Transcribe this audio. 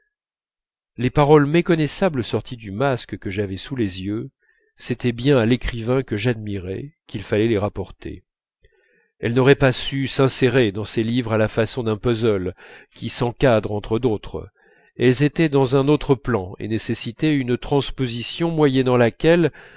les paroles méconnaissables sorties du masque que j'avais sous les yeux c'était bien à l'écrivain que j'admirais qu'il fallait les rapporter elles n'auraient pas su s'insérer dans ses livres à la façon d'un puzzle qui s'encadre entre d'autres elles étaient dans un autre plan et nécessitaient une transposition moyennant laquelle